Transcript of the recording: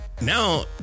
Now